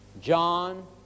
John